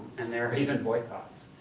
and there are even boycotts.